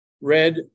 Red